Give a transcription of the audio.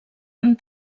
han